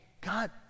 God